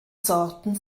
sorten